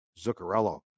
Zuccarello